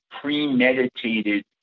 premeditated